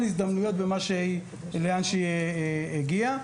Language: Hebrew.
הזדמנויות במקומות שאליהן היא הגיעה.